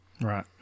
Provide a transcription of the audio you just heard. Right